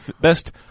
best